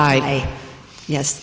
i yes